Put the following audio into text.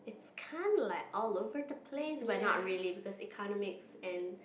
it's kind of like all over the place but not really because economics and